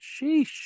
Sheesh